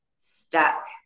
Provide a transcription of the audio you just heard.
stuck